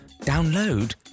download